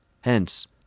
Hence